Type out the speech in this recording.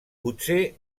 potser